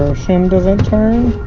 shim doesn't turn